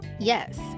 yes